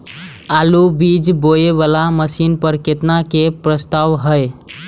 आलु बीज बोये वाला मशीन पर केतना के प्रस्ताव हय?